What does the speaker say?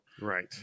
Right